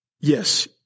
yes